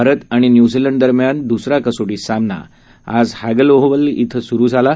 भारत आणि न्यूझीलंड दरम्यान दुसर कसोटी सामना आज हॅगल ओव्हल इथं सुरू झाला आहे